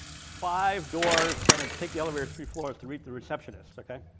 five doors and take the elevator three floors to reach the receptionist, ok.